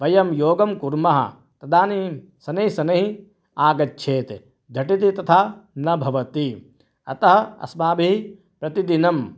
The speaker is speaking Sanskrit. वयं योगं कुर्मः तदानीं शनैश्शनैः आगच्छेत् झटिति तथा न भवति अतः अस्माभिः प्रतिदिनं